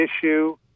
issue